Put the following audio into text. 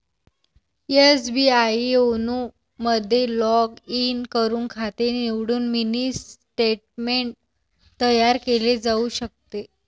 SBI YONO मध्ये log in करून खाते निवडून मिनी स्टेटमेंट तयार केले जाऊ शकते